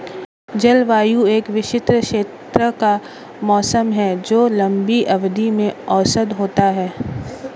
जलवायु एक विशिष्ट क्षेत्र का मौसम है जो लंबी अवधि में औसत होता है